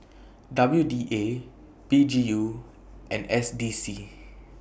W D A P G U and S D C